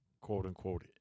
quote-unquote